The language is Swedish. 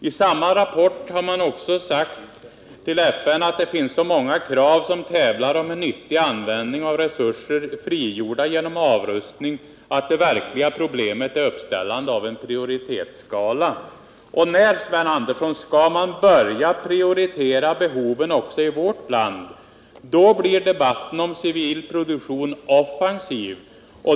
I samma rapport till FN har man också sagt: ”Det finns så många krav som tävlar om en nyttig användning av resurser frigjorda genom avrustning att det verkliga problemet är uppställande av en prioritetsskala.” När, Sven Andersson, skall man börja prioritera behoven också i vårt land? Då blir debatten om civil produktion offensiv.